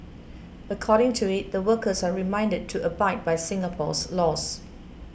according to it the workers are reminded to abide by Singapore's laws